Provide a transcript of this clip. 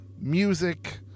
Music